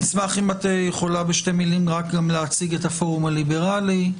אשמח אם תוכלי להציג את הפורום הליברלי.